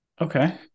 Okay